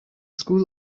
school